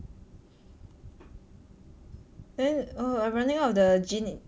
then oh I running out of the Jin